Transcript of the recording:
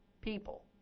people